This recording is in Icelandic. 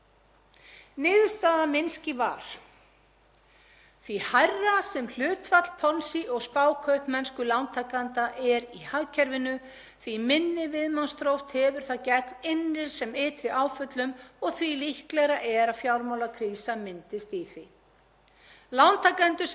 því minni viðnámsþrótt hefur það gegn innri sem ytri áföllum og því líklegra er að fjármálakrísa myndist í því. Lántakendur sem taka lán með neikvæðum afborgunum, þ.e. verðtryggð lán, eru dæmi um spákaupmennskulántaka því að þeir borga ekki allan samningsbundinn kostnað um leið og hann á sér stað.“